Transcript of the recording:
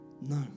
No